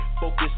focus